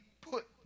put